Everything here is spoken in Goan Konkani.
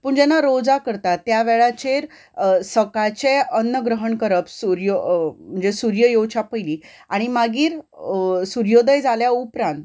पूण जेन्ना रोजा करतात त्या वेळाचेर सकाळचे अन्य ग्रहण करप सुर्य म्हणजे सुर्य येवच्या पयलीं आनी मागीर सुर्योदय जाल्या उपरांत